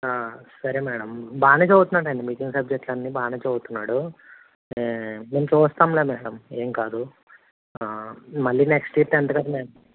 సరే మ్యాడం బాగానే చదువుతున్నాడండి మిగిలిన సబ్జెక్టులన్నీ బాగానే చదుతున్నాడు మేము చూస్తాంలే మ్యాడం ఏం కాదు మళ్ళీ నెక్స్ట్ ఇయర్ టెన్త్ కదా మె